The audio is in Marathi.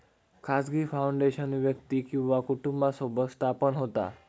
खाजगी फाउंडेशन व्यक्ती किंवा कुटुंबासोबत स्थापन होता